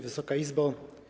Wysoka Izbo!